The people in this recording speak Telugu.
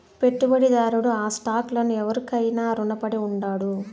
పెట్టుబడిదారుడు ఆ స్టాక్ లను ఎవురికైనా రునపడి ఉండాడు